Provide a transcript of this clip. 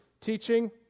teaching